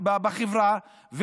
בחברה,